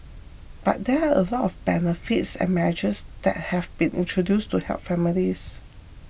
but there are a lot of benefits and measures that have been introduced to help families